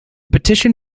petition